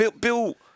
Bill